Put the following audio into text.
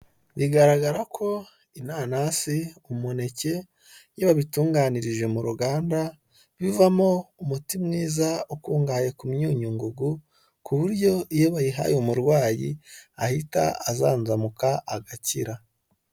Bigaragara ko inanasi, umuneke iyo babitunganirije mu ruganda bivamo umuti mwiza ukungahaye ku myunyu ngugu, ku buryo iyo bayihaye umurwayi ahita azanzamuka agakira.